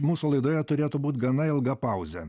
mūsų laidoje turėtų būt gana ilga pauzė